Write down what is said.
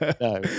no